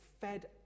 fed